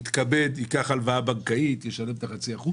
יתכבד, ייקח הלוואה בנקאית, ישלם את החצי אחוז.